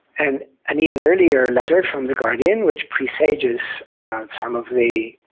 and an even earlier letter from the guardian, which presages some of the